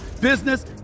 business